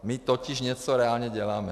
My totiž něco reálně děláme.